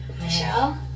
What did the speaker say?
Michelle